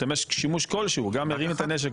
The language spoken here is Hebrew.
שימוש כלשהו גם מרים את הנזק,